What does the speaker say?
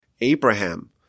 Abraham